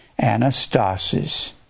Anastasis